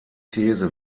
these